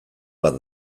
bat